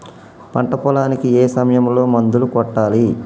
పంట పొలానికి ఏ సమయంలో మందులు కొట్టాలి?